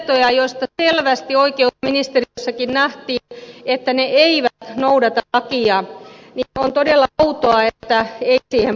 ilmoituksissa oli paljon tietoja joista selvästi oikeusministeriössäkin nähtiin että ne eivät noudata lakia niin että on todella outoa että ei siihen puututtu